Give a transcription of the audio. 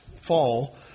fall